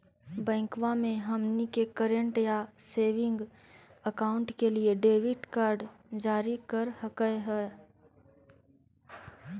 बैंकवा मे हमनी के करेंट या सेविंग अकाउंट के लिए डेबिट कार्ड जारी कर हकै है?